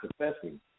confessing